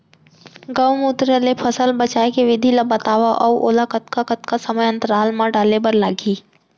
गौमूत्र ले फसल बचाए के विधि ला बतावव अऊ ओला कतका कतका समय अंतराल मा डाले बर लागही?